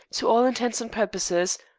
to all intents and purposes,